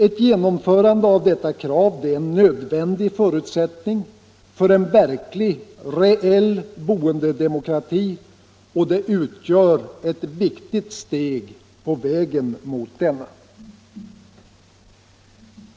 Ett genomförande av detta krav är en nödvändig förutsättning för en reell boendedemokrati och utgör ett viktigt steg på vägen mot denna.